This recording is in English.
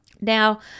Now